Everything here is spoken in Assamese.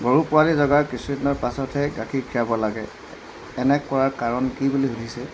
গৰু পোৱালি জগাৰ কিছুদিনৰ পাছতহে গাখীৰ খীৰাব লাগে এনে কৰাৰ কাৰণ কি বুলি সুধিছে